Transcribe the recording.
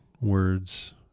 words